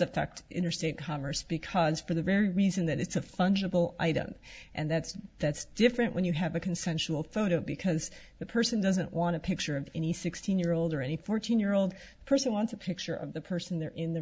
affect interstate commerce because for the very reason that it's a functional item and that's that's different when you have a consensual photo because the person doesn't want to picture any sixteen year old or any fourteen year old person wants a picture of the person they're in the